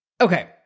Okay